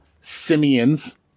simians